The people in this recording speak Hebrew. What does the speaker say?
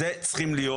זה צריכים להיות,